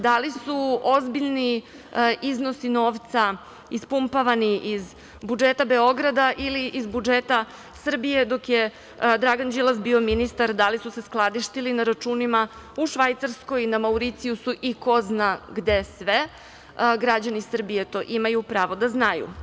Da li su ozbiljni iznosi novca ispumpavani iz budžeta Beograda ili iz budžeta Srbije dok je Dragan Đilas bio ministar, da li su se skladištili na računima u Švajcarskoj, Mauricijusu i ko zna gde sve, građani Srbije to imaju pravo da znaju?